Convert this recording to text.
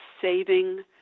saving